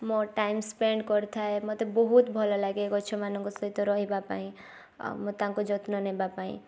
ମୋ time spend କରିଥାଏ ମୋତେ ବହୁତ ଭଲ ଲାଗେ ଗଛମାନଙ୍କ ସହିତ ରହିବା ପାଇଁ ଆଉ ମୁଁ ତାଙ୍କ ଯତ୍ନ ନେବା ପାଇଁ